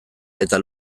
eta